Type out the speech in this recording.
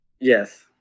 Yes